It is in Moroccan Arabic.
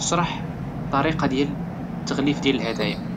اشرح الطريقة ديال التغليف ديال الهدايا.